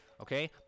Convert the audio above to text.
Okay